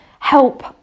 help